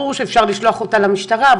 ברור שאפשר לשלוח אותה למשטרה,